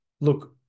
look